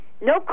No